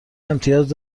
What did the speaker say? امتیاز